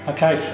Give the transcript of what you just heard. Okay